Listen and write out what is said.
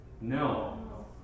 No